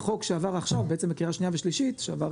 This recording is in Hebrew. בחוק שעבר עכשיו בקריאה שנייה ושלישית, שעבר